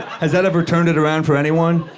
has that ever turned it around for anyone?